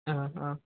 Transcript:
ആ ആ